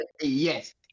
Yes